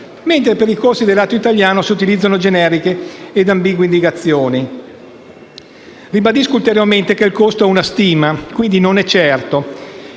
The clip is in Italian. mentre per i costi del lato italiano si utilizzano generiche ed ambigue indicazioni. Ribadisco ulteriormente che il costo è una stima, quindi non è certo.